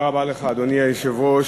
אדוני היושב-ראש,